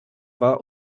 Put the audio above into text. war